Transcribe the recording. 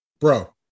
bro